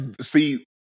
see